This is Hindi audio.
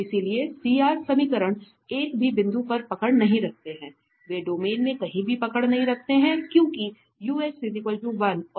इसलिए CR समीकरण एक भी बिंदु पर पकड़ नहीं रखते हैं वे डोमेन में कहीं भी पकड़ नहीं रखते हैं क्योंकि और